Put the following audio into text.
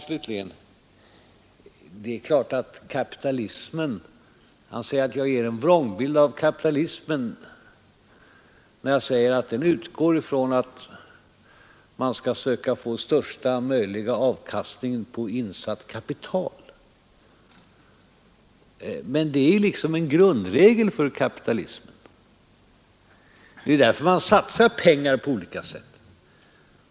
Slutligen vill jag ta upp herr Bohmans uttalande att jag ger en vrångbild av kapitalismen när jag säger att den utgår från att man skali försöka få största möjliga avkastning på insatt kapital. Men det är ju en grundregel för kapitalismen. Det är ju därför man satsar pengar på olika sätt.